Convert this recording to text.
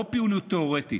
לא פעילות תיאורטית.